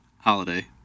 Holiday